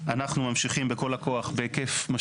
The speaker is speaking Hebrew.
אנחנו ממשיכים בכל הכוח בהיקף,